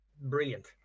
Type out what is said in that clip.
brilliant